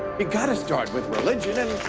you gotta start with religion.